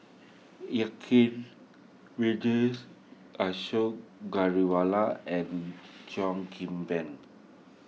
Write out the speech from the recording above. Kang Vijesh Ashok Ghariwala and Kim Ban